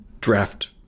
draft